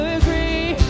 agree